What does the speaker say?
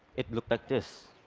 it looked like this.